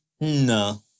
No